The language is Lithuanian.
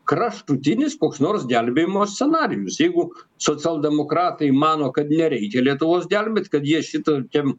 kraštutinis koks nors gelbėjimo scenarijus jeigu socialdemokratai mano kad nereikia lietuvos gelbėt kad jie šitokiam